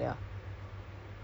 oh really ah